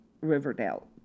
Riverdale